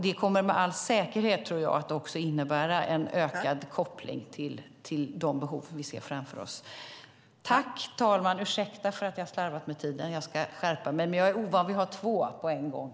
Det kommer med all säkerhet att innebära en ökad koppling till de behov som vi ser framför oss.